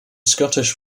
scottish